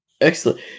Excellent